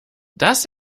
das